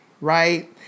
right